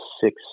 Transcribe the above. six